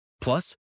Plus